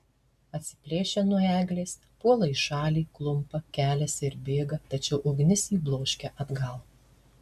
atsiplėšia nuo eglės puola į šalį klumpa keliasi ir bėga tačiau ugnis jį bloškia atgal